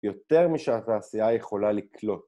יותר משהתעשיה יכולה לקלוט